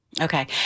okay